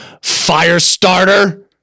Firestarter